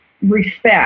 respect